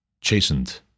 chastened